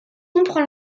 comprend